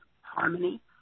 harmony